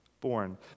born